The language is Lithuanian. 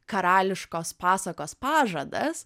karališkos pasakos pažadas